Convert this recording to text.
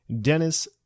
Dennis